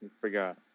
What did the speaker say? forgot